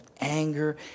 anger